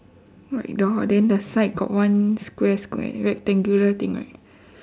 white door then the side got one square square rectangular thing right